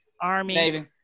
army